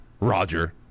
Roger